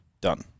Done